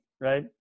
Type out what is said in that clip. Right